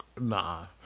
nah